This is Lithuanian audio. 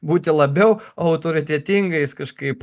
būti labiau autoritetingais kažkaip